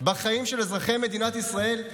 בחיים של אזרחי מדינת ישראל,